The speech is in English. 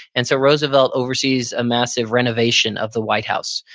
and so roosevelt oversees a massive renovation of the white house.